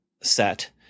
set